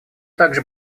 также